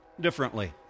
differently